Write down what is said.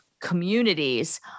communities